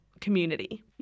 community